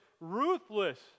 ruthless